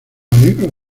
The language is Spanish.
alegro